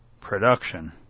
production